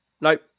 Nope